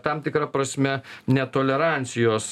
tam tikra prasme netolerancijos